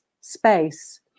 space